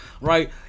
right